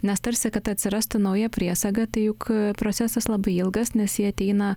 nes tarsi kad atsirastų nauja priesaga tai juk procesas labai ilgas nes ji ateina